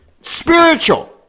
spiritual